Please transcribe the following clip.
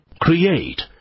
Create